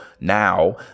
now